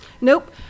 nope